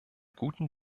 guten